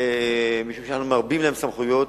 משום שאנחנו מרבים להן סמכויות,